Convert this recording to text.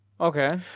okay